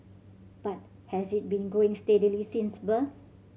but has it been growing steadily since birth